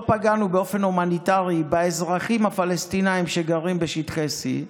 פגענו באופן הומניטרי באזרחים הפלסטינים שגרים בשטחי C,